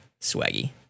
swaggy